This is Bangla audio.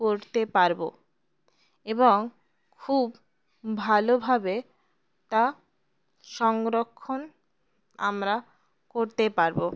করতে পারবো এবং খুব ভালোভাবে তা সংরক্ষণ আমরা করতে পারবো